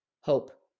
hope